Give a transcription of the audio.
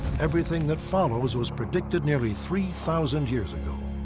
everything that follows was predicted nearly three thousand years ago.